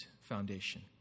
foundation